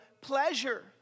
pleasure